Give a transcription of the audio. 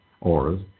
auras